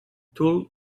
told